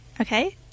Okay